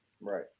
Right